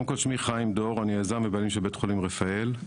שמי חיים דור, אני יזם ובעלים של בית חולים רפאל.